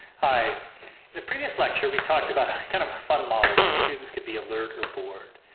hi. in the previous lecture we talked about kind of a fun model, where students could be alert or bored.